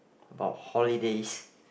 about holidays